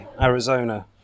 Arizona